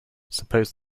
suppose